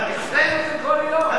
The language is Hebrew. אצלנו זה כל יום.